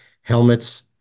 Helmets